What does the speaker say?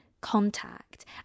contact